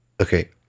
Okay